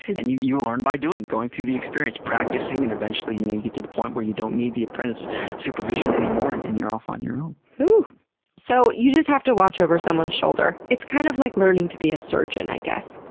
and you you learn by doing, going through the experience, practicing, and eventually you know you get to the point where you don't need the apprentice supervision anymore and and you're off on your own. so, you just have to watch over someone's shoulder. it's kind of like learning to be a surgeon, i guess.